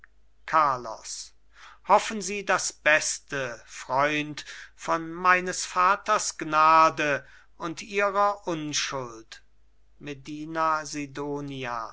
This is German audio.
carlos hoffen sie das beste freund von meines vaters gnade und ihrer unschuld medina